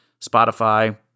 Spotify